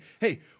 Hey